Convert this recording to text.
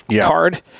card